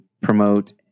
promote